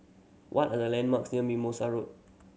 what are the landmarks near Mimosa Road